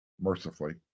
mercifully